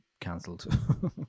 cancelled